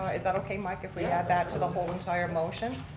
ah is that okay mike, if we add that to the whole entire motion?